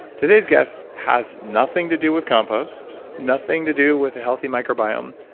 today's guest has nothing to do with compost, nothing to do with a healthy microbiome,